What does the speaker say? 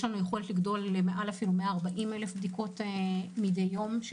יש לנו יכולת להגדיל למעל 140 אלף בדיקות מידי יום.